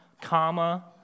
comma